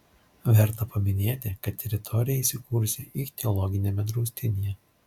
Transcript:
verta paminėti kad teritorija įsikūrusi ichtiologiniame draustinyje